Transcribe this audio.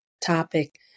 topic